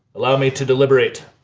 allow me to deliberate.